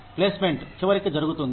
placement చివరికి జరుగుతుంది